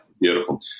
Beautiful